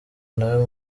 nawe